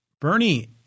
Bernie